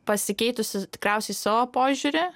pasikeitusi tikriausiai savo požiūrį